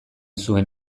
zuen